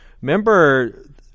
remember